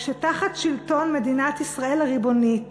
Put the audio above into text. כשתחת שלטון מדינת ישראל הריבונית